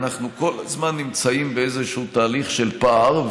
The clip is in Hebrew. אנחנו כל הזמן נמצאים באיזה תהליך של פער.